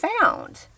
found